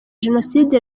jenoside